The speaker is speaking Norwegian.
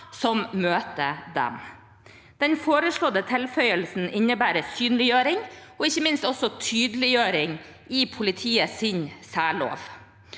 de møter dem. Den foreslåtte tilføyelsen innebærer synliggjøring og ikke minst en tydeliggjøring i politiets særlov.